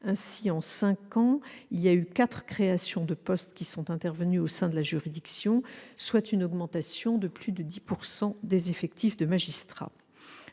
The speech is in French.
Ainsi, en cinq ans, quatre créations de postes sont intervenues au sein de cette juridiction, soit une augmentation de plus de 10 % des effectifs de magistrat.